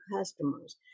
customers